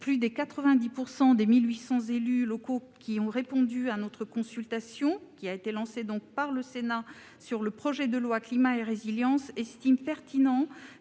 plus de 90 % des 1 800 élus locaux qui ont répondu à la consultation lancée par le Sénat sur le projet de loi Climat et résilience estiment pertinent